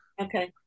Okay